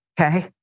Okay